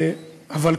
אבל,